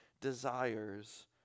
desires